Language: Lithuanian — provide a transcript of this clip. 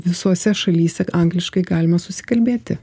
visose šalyse angliškai galima susikalbėti